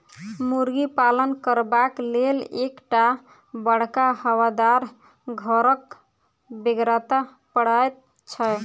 मुर्गी पालन करबाक लेल एक टा बड़का हवादार घरक बेगरता पड़ैत छै